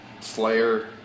Slayer